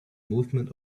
movement